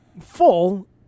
full